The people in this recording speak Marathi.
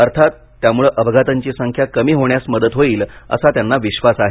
अर्थात त्यामुळे अपघातांची संख्या कमी होण्यास मदत होईल असा त्यांना विश्वास आहे